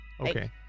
Okay